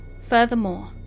Furthermore